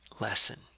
lesson